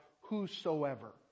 whosoever